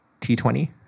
T20